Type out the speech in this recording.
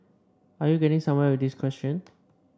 are you getting somewhere with this question